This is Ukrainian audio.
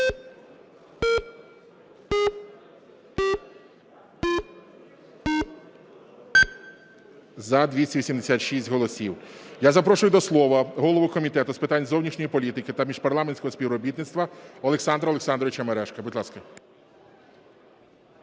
За-286 Я запрошую до слова голову Комітету з питань зовнішньої політики та міжпарламентського співробітництва Олександра Олександровича Мережка. Будь ласка.